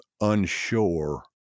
unsure